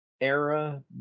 era